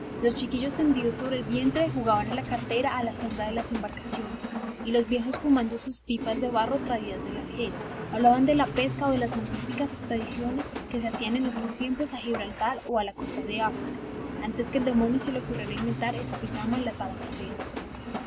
los chiquillos tendidos sobre el vientre jugaban a la carteta a la sombra de las embarcaciones y los viejos fumando sus pipas de barro traídas de argel hablaban de la pesca o de las magníficas expediciones que se hacían en otros tiempos a gibraltar y a la costa de áfrica antes que al demonio se le ocurriera inventar eso que llaman la tabacalera